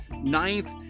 ninth